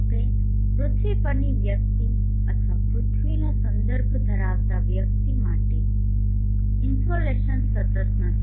જો કે પૃથ્વી પરની વ્યક્તિ અથવા પૃથ્વીનો સંદર્ભ ધરાવતા વ્યક્તિ માટે ઈનસોલેસન સતત નથી